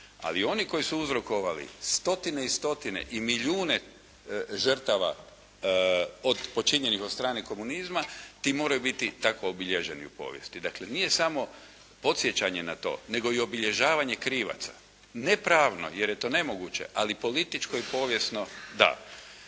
ali oni koji su uzrokovali stotine i stotine i milijune žrtava počinjenih od strane komunizma ti moraju biti tako obilježeni u povijesti. Dakle nije samo podsjećanje na to nego i obilježavanje krivaca, ne pravno jer je to nemoguće, ali političko i povijesno da.